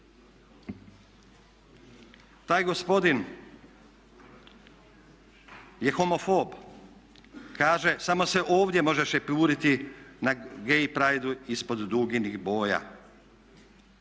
Taj gospodin je homofon. Kaže samo se ovdje može šepuriti na gay prideu ispod duginih boja.